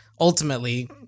ultimately